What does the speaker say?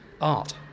art